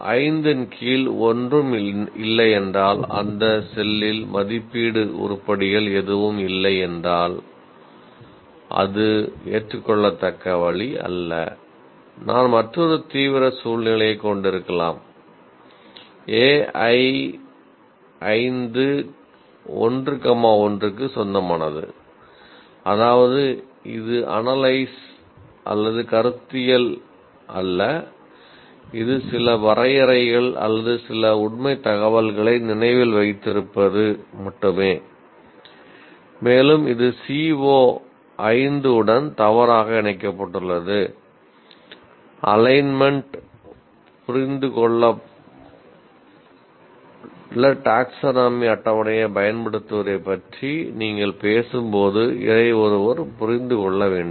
CO5 என்பது அட்டவணையைப் பயன்படுத்துவதைப் பற்றி நீங்கள் பேசும்போது இதை ஒருவர் புரிந்து கொள்ள வேண்டும்